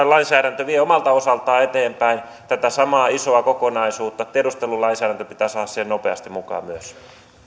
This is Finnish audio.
lainsäädäntö vie omalta osaltaan eteenpäin tätä samaa isoa kokonaisuutta ja tiedustelulainsäädäntö pitää saada siihen nopeasti mukaan myös